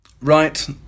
Right